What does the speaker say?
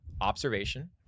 Observation